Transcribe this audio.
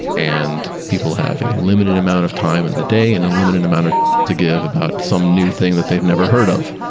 and people have a limited amount of time in the day and unlimited amount of shits to give about some new thing that they've never heard of,